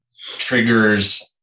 triggers